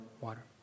water